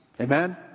Amen